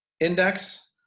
index